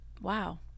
Wow